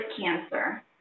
cancer